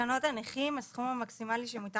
הצעת תקנות הנכים (הסכום המקסימלי שמותר